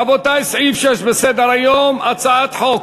רבותי, סעיף 6 בסדר-היום: הצעת חוק